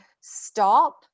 stop